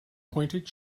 pointed